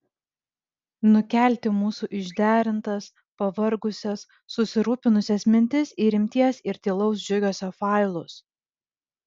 nukelti mūsų išderintas pavargusias susirūpinusias mintis į rimties ir tylaus džiugesio failus